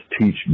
teach